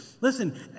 listen